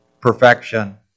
perfection